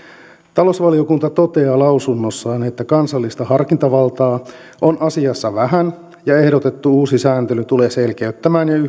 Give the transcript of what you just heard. talousvaliokunta toteaa lausunnossaan että kansallista harkintavaltaa on asiassa vähän ja ehdotettu uusi sääntely tulee selkeyttämään ja